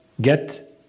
get